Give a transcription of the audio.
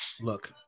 look